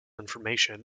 information